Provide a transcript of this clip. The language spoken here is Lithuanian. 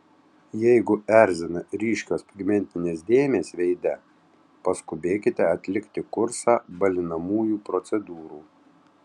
jeigu erzina ryškios pigmentinės dėmės veide paskubėkite atlikti kursą balinamųjų procedūrų